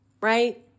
right